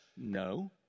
No